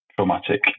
traumatic